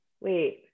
wait